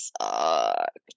sucked